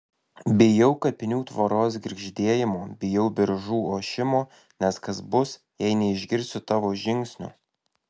bijau kapinių tvoros girgždėjimo bijau beržų ošimo nes kas bus jei neišgirsiu tavo žingsnių